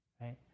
right